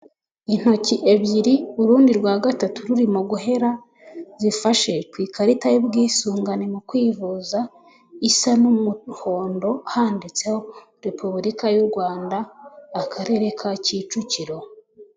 Intoki ebyiri urundi rwa gatatu ruririmo guhera zifashe ku ikarita y'ubwisungane mu kwivuza isa n'umuhondo handitseho repubulika y'u Rwanda akarere ka Kicukiro.